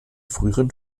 früheren